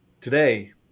Today